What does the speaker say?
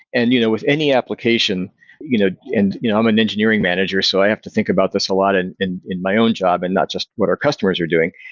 and you know with any application you know and you know i'm an engineering manager, so i have to think about this a lot in in my own job and not just what our customers are doing,